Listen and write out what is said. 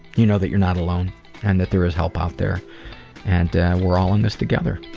you know that you're not alone and that there is help out there and we're all in this together.